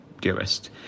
dearest